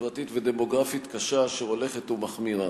חברתית ודמוגרפית קשה אשר הולכת ומחמירה.